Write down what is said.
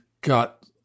got